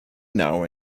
now